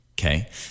okay